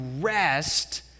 rest